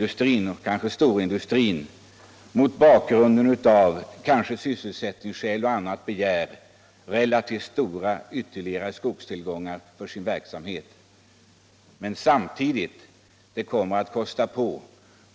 Det kan ju hända att ett storföretag med åberopande av sysselsättningsskäl och annat begär relativt stora ytterligare virkestillgångar för sin verksamhet. Ett bifall till denna begäran skulle gå ut